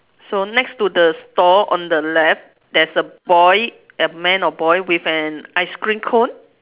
so next to the store on the left there's a boy a man or boy with an ice cream cone